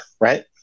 right